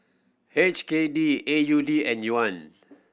H K D A U D and Yuan